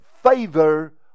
favor